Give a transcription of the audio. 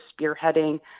spearheading